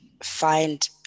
find